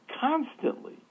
constantly